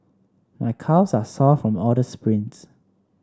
my calves are sore from all the sprints